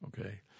Okay